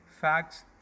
facts